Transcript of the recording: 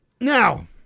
Now